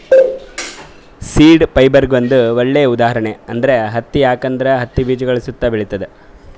seed ಫೈಬರ್ಗ್ ಒಂದ್ ಒಳ್ಳೆ ಉದಾಹರಣೆ ಅಂದ್ರ ಹತ್ತಿ ಯಾಕಂದ್ರ ಹತ್ತಿ ಬೀಜಗಳ್ ಸುತ್ತಾ ಬೆಳಿತದ್